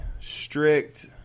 strict